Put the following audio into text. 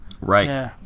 right